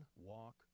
walk